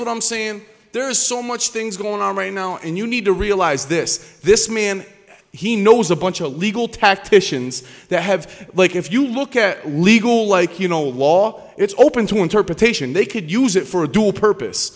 what i'm seeing there is so much things going on right now and you need to realize this this me and he knows a bunch of legal tacticians that have like if you look at legal like you know wall it's open to interpretation they could use it for a dual purpose